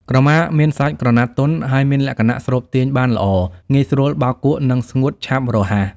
ក្រមាមានសាច់ក្រណាត់ទន់ ហើយមានលក្ខណៈស្រូបទាញបានល្អ ងាយស្រួលបោកគក់ និងស្ងួតឆាប់រហ័ស។